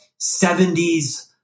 70s